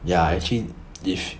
ya actually if